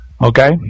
Okay